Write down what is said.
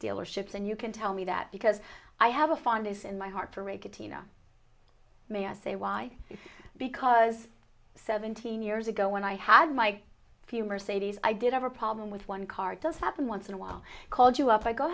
dealerships and you can tell me that because i have a fondness in my heart to make it tina may i say why because seventeen years ago when i had my few mercedes i did have a problem with one car does happen once in a while called you up i go